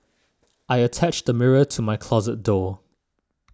I attached a mirror to my closet door